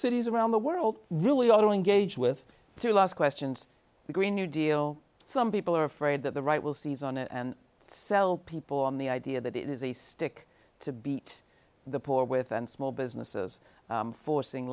cities around the world really are engaged with two last questions the green new deal some people are afraid that the right will seize on and sell people on the idea that it is a stick to beat the poor with and small businesses forcing